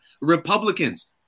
Republicans